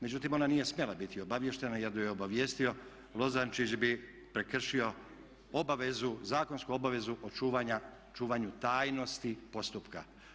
Međutim, ona nije smjela biti obaviještena jer da ju je obavijestio Lozančić bi prekršio obavezu, zakonsku obavezu o čuvanju tajnosti postupka.